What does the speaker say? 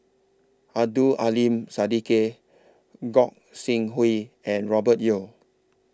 Abdul Aleem Siddique Gog Sing Hooi and Robert Yeo